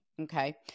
Okay